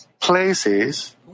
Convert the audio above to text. places